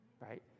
right